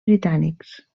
britànics